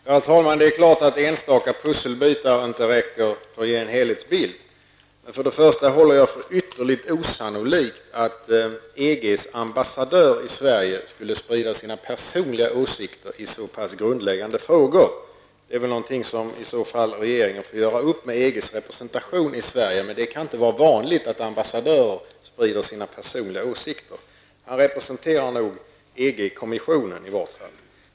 Herr talman! Det är klart att enstaka pusselbitar inte räcker för att ge en helhetsbild. För det första håller jag det för ytterligt osannolikt att EGs ambassadör i Sverige skulle sprida sina personliga åsikter i så pass grundläggande frågor. Det är väl något som regeringen i så fall får göra upp med EGs representation i Sverige. Det kan inte vara vanligt att en ambassadör sprider sina personliga åsikter. Han representerar EG-kommissionen.